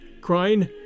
crying